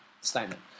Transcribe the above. statement